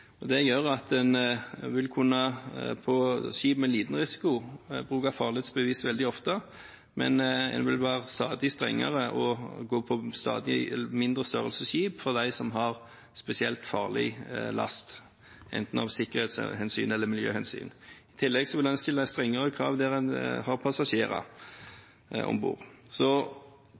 regel. Det gjør at en på skip med liten risiko vil kunne bruke farledsbevis veldig ofte, mens en vil være stadig strengere med stadig mindre skip som har spesielt farlig last, enten av sikkerhetshensyn eller av miljøhensyn. I tillegg vil en stille strengere krav der en har passasjerer om bord.